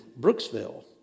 Brooksville